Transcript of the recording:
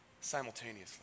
simultaneously